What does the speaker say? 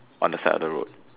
on the side of the road